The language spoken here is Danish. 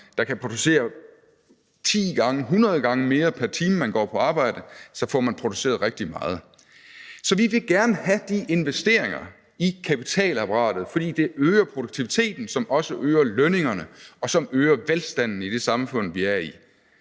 der kan producere 10 gange, 100 gange mere pr. time, man går på arbejde, får man produceret rigtig meget. Så vi vil gerne have de investeringer i kapitalapparatet, fordi det øger produktiviteten, som også øger lønningerne, og som øger velstanden i det samfund, vi er i.